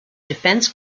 defense